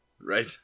Right